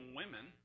women